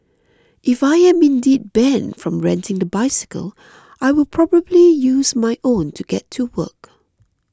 if I am indeed banned from renting the bicycle I will probably using my own to get to work